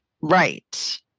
Right